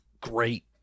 great